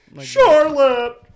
Charlotte